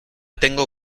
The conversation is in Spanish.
tengo